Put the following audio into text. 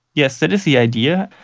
yes, that is the idea.